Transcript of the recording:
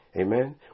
Amen